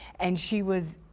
and she was,